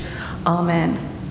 Amen